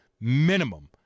minimum